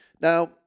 Now